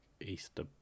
easter